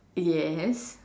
yes